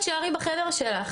תישארי בחדר שלך.